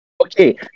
Okay